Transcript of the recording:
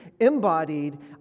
embodied